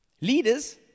Leaders